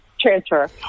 transfer